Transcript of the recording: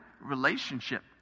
relationship